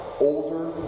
Older